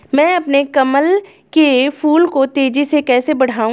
मैं अपने कमल के फूल को तेजी से कैसे बढाऊं?